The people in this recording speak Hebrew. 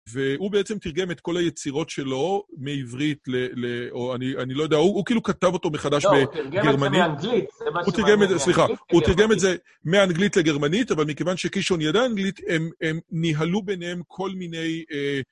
והוא בעצם תרגם את כל היצירות שלו מעברית ל... או אני לא יודע, הוא כאילו כתב אותו מחדש בגרמנית. הוא תרגם את זה מאנגלית לגרמנית, אבל מכיוון שקישון ידע אנגלית, הם ניהלו ביניהם כל מיני...